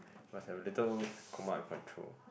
must have a little command and control